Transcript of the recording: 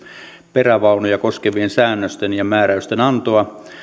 perävaunuja koskevien säännösten ja määräysten antoa